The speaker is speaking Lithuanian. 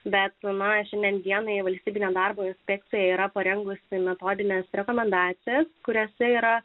bet finansiniam dienai valstybinė darbo inspekcija yra parengusi metodines rekomendacijas kuriose yra